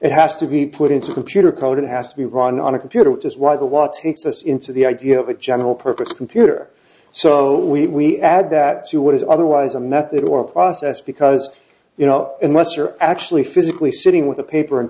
it has to be put into a computer code it has to be run on a computer which is why the watch takes us into the idea of a general purpose computer so we add that to what is otherwise a method or process because you know unless you're actually physically sitting with a paper and